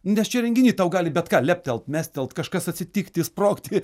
nes čia renginy tau gali bet ką leptelt mestelt kažkas atsitikti sprogti